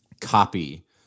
copy